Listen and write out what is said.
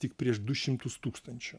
tik prieš du šimtus tūkstančių